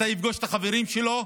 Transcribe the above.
מתי יפגוש את החברים שלו,